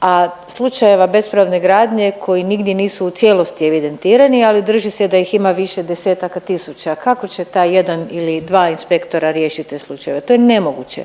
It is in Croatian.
a slučajeva bespravne gradnje koji nigdje nisu u cijelosti evidentirani, ali drži se da ih ima više desetaka tisuća. Kako će taj jedan ili dva inspektora riješit te slučajeve, to je nemoguće.